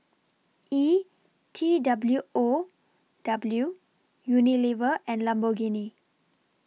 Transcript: E T W O W Unilever and Lamborghini